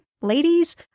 ladies